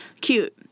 Cute